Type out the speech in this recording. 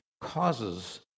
causes